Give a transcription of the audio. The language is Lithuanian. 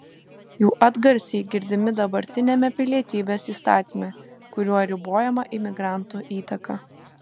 jų atgarsiai girdimi dabartiniame pilietybės įstatyme kuriuo ribojama imigrantų įtaka